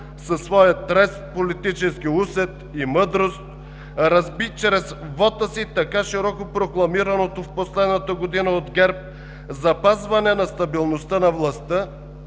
със своя трезв политически усет и мъдрост разби чрез вота си така широко прокламираното в последната година от ГЕРБ запазване на стабилността на властта